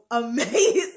amazing